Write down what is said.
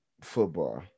football